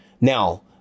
Now